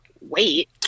wait